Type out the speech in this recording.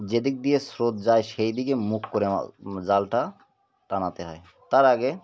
যেদিক দিয়ে স্রোত যায় সেই দিকে মুখ করে জালটা টানাতে হয় তার আগে